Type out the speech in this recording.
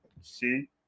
see